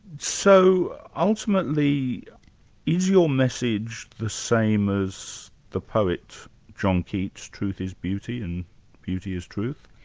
so ultimately is your message the same as the poet john keats, truth is beauty and beauty is truth?